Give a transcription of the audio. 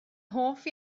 hoff